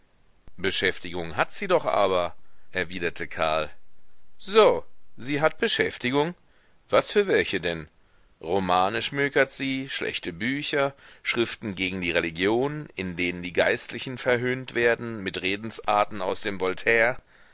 beschäftigung hat sie doch aber erwiderte karl so sie hat beschäftigung was für welche denn romane schmökert sie schlechte bücher schriften gegen die religion in denen die geistlichen verhöhnt werden mit redensarten aus dem voltaire